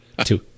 Two